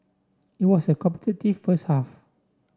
it was a competitive first half